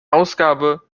ausgabe